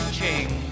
Ching